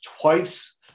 twice